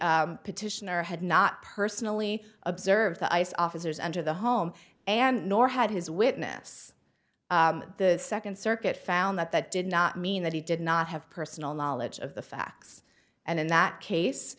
the petitioner had not personally observed the ice officers enter the home and nor had his witness the second circuit found that that did not mean that he did not have personal knowledge of the facts and in that case